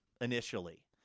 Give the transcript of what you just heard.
initially